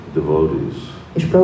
devotees